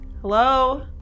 Hello